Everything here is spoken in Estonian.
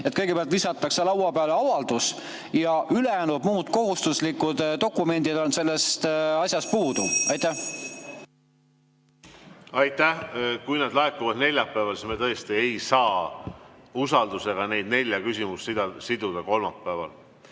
et kõigepealt visatakse laua peale avaldus, aga muud kohustuslikud dokumendid on sellest asjast puudu. Aitäh! Kui need laekuvad neljapäeval, siis me tõesti ei saa usaldusega neid nelja küsimust siduda kolmapäeval.